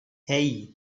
hei